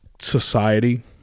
society